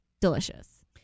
Delicious